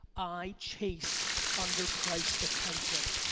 i chase underpriced attention,